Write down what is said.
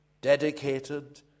dedicated